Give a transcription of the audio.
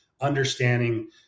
understanding